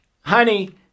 honey